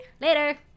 Later